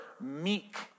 meek